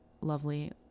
lovely